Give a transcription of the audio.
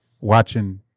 watching